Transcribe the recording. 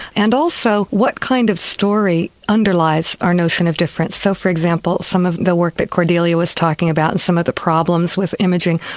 and also what kind of story underlies our notion of difference. so for example some of the work that cordelia was talking about and some of the problems with imaging.